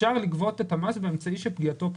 אפשר לגבות את המס באמצעי שפגיעתו פחותה.